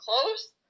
close